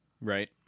Right